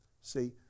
See